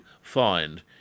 find